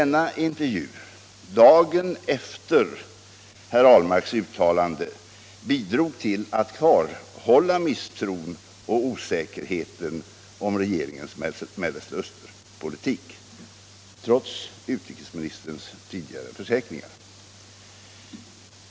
Denna intervju dagen efter herr Ahlmarks uttalande bidrog till att kvarhålla misstron och osäkerheten om regeringens Mellanösternpolitik, trots utrikesministerns tidigare försäkringar.